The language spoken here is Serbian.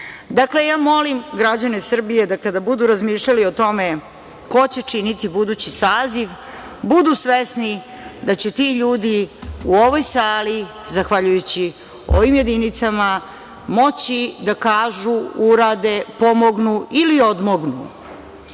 Dakle, molim građane Srbije da kada budu razmišljali o tome ko će činiti budući saziv budu svesni da će ti ljudi u ovoj sali, zahvaljujući ovim jedinicama, moći da kažu, urade, pomognu ili odmognu.